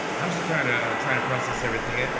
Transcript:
i'm still trying to trying to process everything.